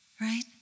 right